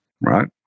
right